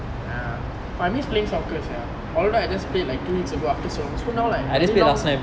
ya I miss playing soccer sia although I just played like two weeks ago after service so now like very long